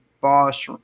boss